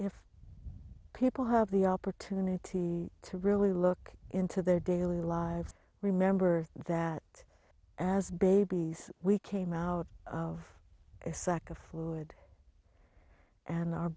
if people have the opportunity to really look into their daily lives remember that as babies we came out of a sack of fluid and our